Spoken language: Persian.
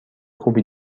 خوبی